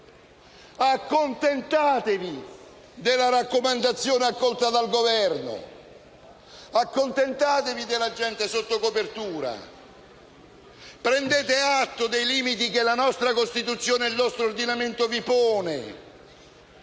Accontentatevi della raccomandazione accolta dal Governo. Accontentatevi dell'agente sotto copertura. Prendete atto dei limiti che la nostra Costituzione e il nostro ordinamento vi pongono.